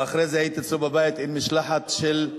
ואחרי זה הייתי אצלו בבית עם משלחת של,